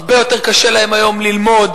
הרבה יותר קשה להם היום ללמוד,